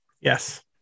Yes